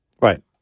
Right